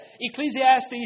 Ecclesiastes